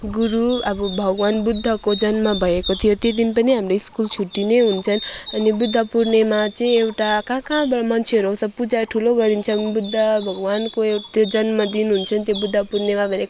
गुरु अब भगवान बुद्धको जन्म भएको थियो त्यो दिन पनि हाम्रो स्कुल छुट्टी नै हुन्छन् अनि बुद्ध पूर्णिमा चाहिँ एउटा कहाँ कहाँबाट मान्छेहरू आउँछ पूजा ठुलो गरिन्छ बुद्ध भगवानको यो त्यो जन्मदिन हुन्छ त्यो बुद्ध पूर्णिमा भनेको